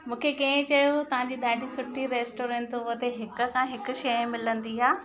मूंखे कंहिं चयो तव्हांजी ॾाढी सुठी रेस्टोरेंट अथव हुते हिकु खां हिकु शइ मिलंदी आहे